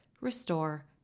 restore